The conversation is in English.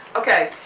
okay?